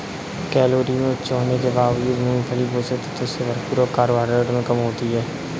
calorie में उच्च होने के बावजूद, मूंगफली पोषक तत्वों से भरपूर और कार्बोहाइड्रेट में कम होती है